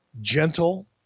gentle